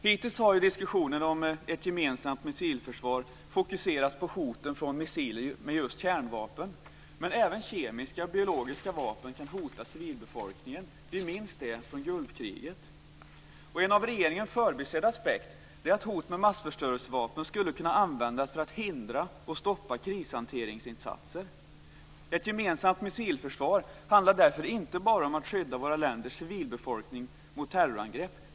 Hittills har diskussionen om ett gemensamt missilförsvar fokuserats på hoten från missiler med just kärnvapen, men även kemiska och biologiska vapen kan hota civilbefolkningen. Det minns vi från En av regeringen förbisedd aspekt är att hot med massförstörelsevapen skulle kunna användas för att hindra och stoppa krishanteringsinsatser. Ett gemensamt missilförsvar handlar därför inte bara om att skydda våra länders civilbefolkning mot terrorangrepp.